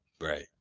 Right